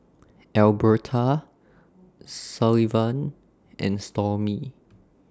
Elberta Sullivan and Stormy